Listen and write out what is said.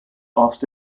asked